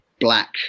black